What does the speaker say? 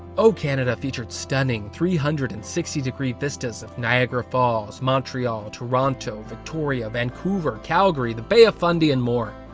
o canada featured stunning three hundred and sixty degree vistas of niagara falls, montreal, toronto, victoria, vancouver, calgary, the bay of fundy and more.